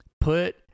put